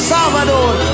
Salvador